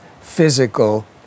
physical